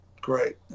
great